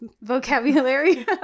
vocabulary